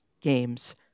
Games